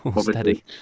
steady